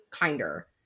kinder